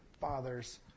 father's